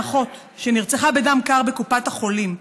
האחות שנרצחה בדם קר בקופת החולים,